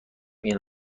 این